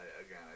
again